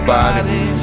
body